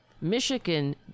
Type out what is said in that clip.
Michigan